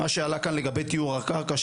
מה שעלה כאן לגבי טיהור הקרקע,